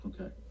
Okay